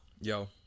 Yo